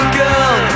girl